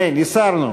אין, הסרנו.